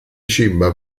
ciba